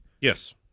Yes